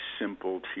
simple